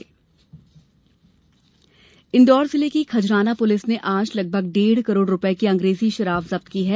शराब जब्त इंदौर जिले की खजराना पुलिस ने आज लगभग डेढ़ करोड़ रूपये की अंग्रेजी शराब जप्त की हैं